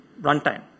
runtime